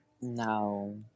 No